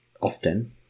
often